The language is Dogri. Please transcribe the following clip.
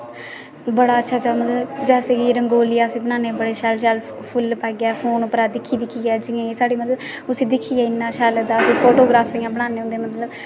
बड़ा अच्छा अच्छा मतलब जैसे कि रंगौली अस बनान्ने हां बड़े शैल शैल फुल पाइयै फोन उप्परा दिक्खी दिक्खियै जियां जियां साढ़े मतलब उसी दिक्खियै इन्ना शैल लगदा के फोटो ग्राफियां बनाने उं'दी मतलब